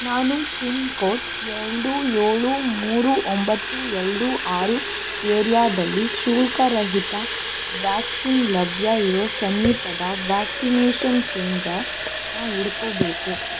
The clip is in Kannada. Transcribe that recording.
ನಾನು ಪಿನ್ ಕೋಡ್ ಎರ್ಡು ಏಳು ಮೂರು ಒಂಬತ್ತು ಎರ್ಡು ಆರು ಏರ್ಯಾದಲ್ಲಿ ಶುಲ್ಕ ರಹಿತ ವ್ಯಾಕ್ಸಿನ್ ಲಭ್ಯ ಇರೋ ಸಮೀಪದ ವ್ಯಾಕ್ಸಿನೇಷನ್ ಕೇಂದ್ರ ನ್ನು ಹುಡ್ಕೊಬೇಕು